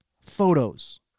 Photos